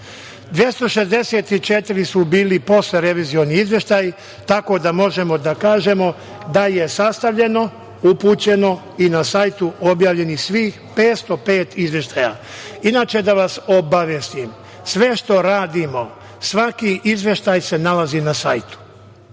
264 su bili poslerevizioni izveštaj, tako da možemo da kažemo da je sastavljeno, upućeno i na sajtu objavljeni svih 505 izveštaja. Inače da vas obavestim, sve što radimo, svaki izveštaj se nalazi na sajtu,